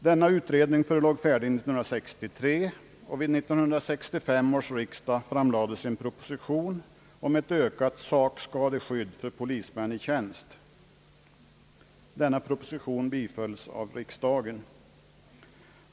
Denna utredning förelåg färdig 1963, och vid 1965 års riksdag framlades en proposition om ett ökat sakskadeskydd för polismän i tjänst. Denna proposition bifölls av riksdagen.